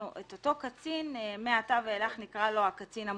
אותו קצין, מעתה ואילך נקרא לו הקצין המוסמך.